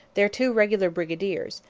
their two regular brigadiers,